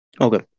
Okay